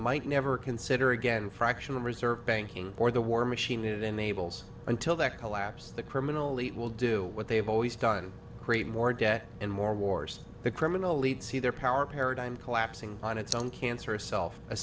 might never consider again fractional reserve banking or the war machine that enables until that collapse the criminally will do what they have always done create more debt and more wars the criminal leads see their power paradigm collapsing on its own cancerous self